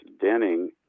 denning